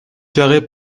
carré